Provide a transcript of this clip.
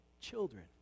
children